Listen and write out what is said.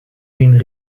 been